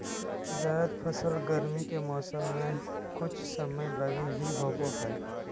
जायद फसल गरमी के मौसम मे कुछ समय लगी ही होवो हय